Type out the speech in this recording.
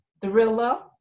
thriller